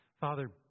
Father